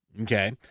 Okay